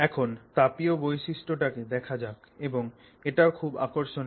এখন তাপীয় বৈশিষ্ট্য টাকে দেখা যাক এবং এটাও খুবই আকর্ষণীয়